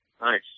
Nice